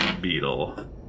Beetle